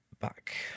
back